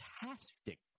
fantastic